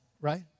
right